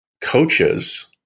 coaches